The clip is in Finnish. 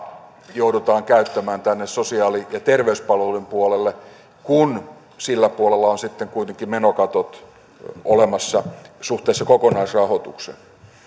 joudutaan käyttämään sosiaali ja terveyspalvelujen puolelle kun sillä puolella on sitten kuitenkin menokatot olemassa suhteessa kokonaisrahoitukseen